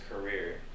career